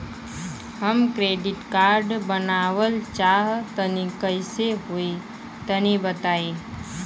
हम credit card बनवावल चाह तनि कइसे होई तनि बताई?